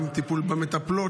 גם טיפול במטפלות,